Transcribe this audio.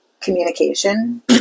Communication